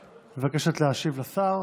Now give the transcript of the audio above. היא מבקשת להשיב לשר.